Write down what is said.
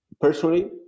personally